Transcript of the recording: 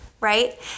Right